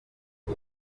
ese